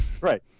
Right